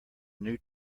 new